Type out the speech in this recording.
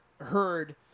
heard